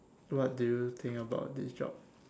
what do you think about this job